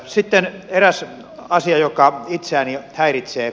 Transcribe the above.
sitten eräs asia joka itseäni häiritsee